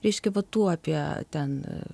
reiškia va tų apie ten